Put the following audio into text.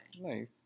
Nice